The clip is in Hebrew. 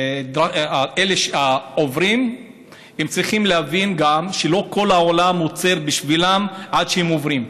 הם צריכים להבין גם שלא כל העולם עוצר בשבילם עד שהם עוברים,